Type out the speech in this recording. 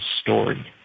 story